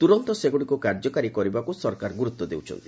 ତୂରନ୍ତ ସେଗୁଡ଼ିକୁ କାର୍ଯ୍ୟକାରୀ କରିବାକୁ ସରକାର ଗୁରୁତ୍ୱ ଦେଉଛନ୍ତି